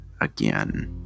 again